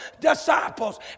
disciples